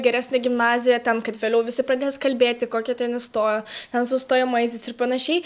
geresnę gimnaziją ten kad vėliau visi pradės kalbėti kokia ten įstojo ten su stojamaisiais ir panašiai